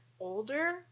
older